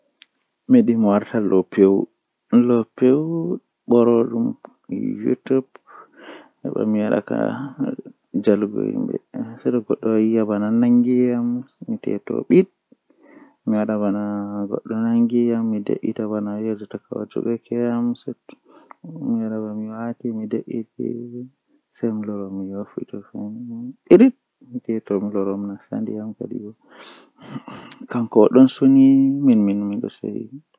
Mi wiyan mo o wallina hakkiilo mako o de'ita ɗo himɓe duɓɓe ɗon waɗa Wala ko heɓataɓe kamɓe waɗoɓe ngamman kamkofu o wallina hakkiilo mako Wala ko heɓata mo to Allah jaɓi yerdi